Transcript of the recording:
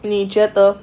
你觉得